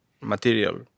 material